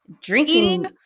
drinking